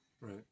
Right